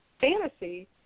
fantasy